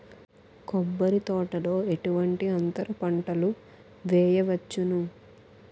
కొబ్బరి తోటలో ఎటువంటి అంతర పంటలు వేయవచ్చును?